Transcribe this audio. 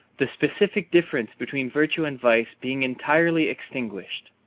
the specific difference between virtue and vice being entirely extinguished.